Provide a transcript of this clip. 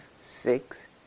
six